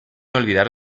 olvidar